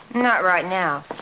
not right now.